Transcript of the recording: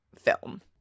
film